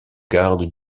garde